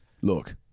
look